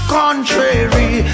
contrary